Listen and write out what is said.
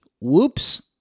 Whoops